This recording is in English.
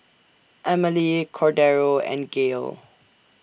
Emelie Cordero and Gael